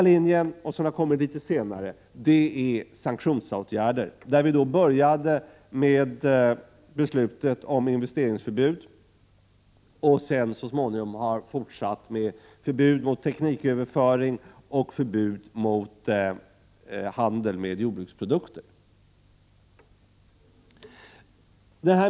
Litet senare kom sanktionsåtgärder, där vi började med beslutet om investeringsförbud och så småningom har fortsatt med förbud mot tekniköverföring och förbud mot handel med jordbruksprodukter.